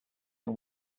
and